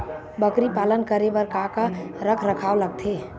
बकरी पालन करे बर काका रख रखाव लगथे?